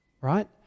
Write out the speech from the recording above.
Right